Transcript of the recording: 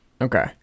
Okay